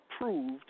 approved